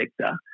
sector